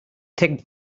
thick